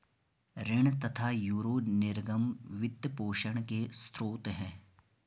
ऋण तथा यूरो निर्गम वित्त पोषण के स्रोत है